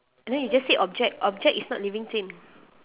and then you just say object object is not living thing